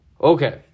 Okay